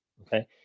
okay